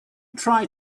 tried